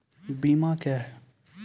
बीमा क्या हैं?